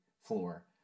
floor